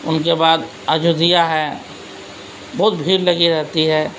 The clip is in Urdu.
ان کے بعد ایودھیا ہے بہت بھیڑ لگی رہتی ہے